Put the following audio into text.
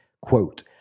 Quote